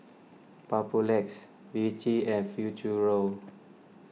Papulex Vichy and Futuro